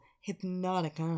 hypnotic